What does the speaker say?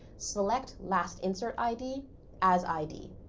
select last insert id as id.